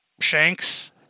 Shanks